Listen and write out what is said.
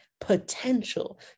potential